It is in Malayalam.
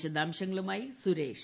വിശദാംശങ്ങളുമായി സുരേഷ്